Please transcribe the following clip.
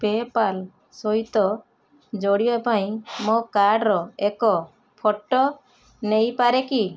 PayPal ସହିତ ଯୋଡ଼ିବା ପାଇଁ ମୋ କାର୍ଡ଼ର ଏକ ଫଟୋ ନେଇପାରେ କି